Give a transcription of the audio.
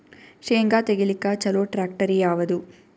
ಶೇಂಗಾ ತೆಗಿಲಿಕ್ಕ ಚಲೋ ಟ್ಯಾಕ್ಟರಿ ಯಾವಾದು?